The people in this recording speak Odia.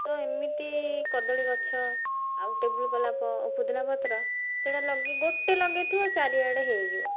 ତ ଏମିତି କଦଳୀ ଗଛ ଆଉ ଟେବୁଲ୍ ଗୋଲାପ ଓ ପୁଦିନା ପତ୍ର ସେଟା ଲଗେଇ ଗୋଟେ ଲଗେଇଥିବ ଚାରିଆଡ଼େ ହେଇଯିବ